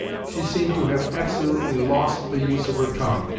she seemed to have absolutely lost the use of her tongue.